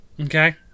Okay